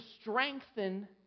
strengthen